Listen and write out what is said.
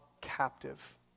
captive